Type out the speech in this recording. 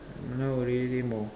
now already more